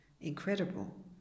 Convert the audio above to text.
incredible